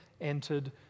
entered